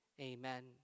amen